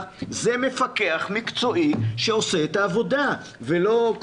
זה מפקח מקצועי שעושה את העבודה ולא...